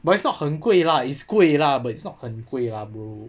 but it's not 很贵 lah it's 贵 lah but it's not 很贵 lah bro